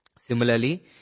Similarly